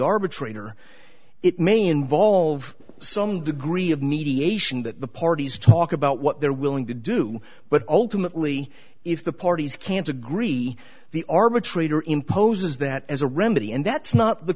arbitrator it may involve some degree of mediation that the parties talk about what they're willing to do but ultimately if the parties can't agree the arbitrator imposes that as a remedy and that's not the